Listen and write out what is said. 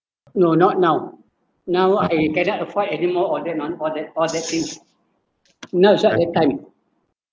no not now now I or all that all that thing you know shocked that time